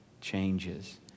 changes